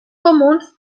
comuns